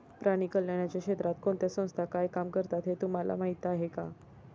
प्राणी कल्याणाच्या क्षेत्रात कोणत्या संस्था काय काम करतात हे तुम्हाला माहीत आहे का?